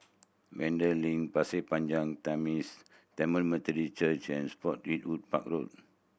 Vanda Link Pasir Panjang Tamil Methodist Church and Spottiswoode Park Road